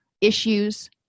issues